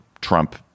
Trump